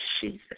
Jesus